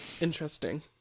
Interesting